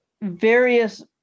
various